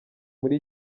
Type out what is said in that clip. muri